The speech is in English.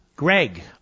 Greg